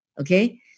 okay